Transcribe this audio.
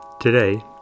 Today